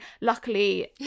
luckily